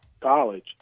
college